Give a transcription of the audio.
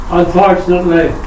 unfortunately